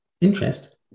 interest